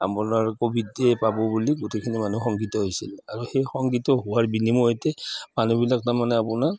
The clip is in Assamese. আপোনাৰ ক'ভিড পাব বুলি গোটেইখিনি মানুহ শংকিত হৈছিল আৰু সেই শংকিত হোৱাৰ বিনিময়তে মানুহবিলাক তাৰমানে আপোনাৰ